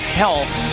health